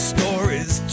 Stories